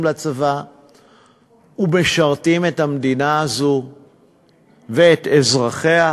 לצבא ומשרתים את המדינה הזאת ואת אזרחיה?